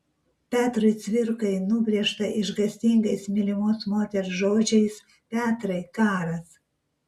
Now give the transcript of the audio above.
petrui cvirkai nubrėžta išgąstingais mylimos moters žodžiais petrai karas